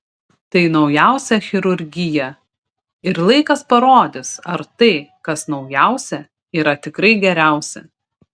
tai naujausia chirurgija ir laikas parodys ar tai kas naujausia yra tikrai geriausia